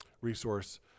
resource